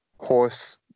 horse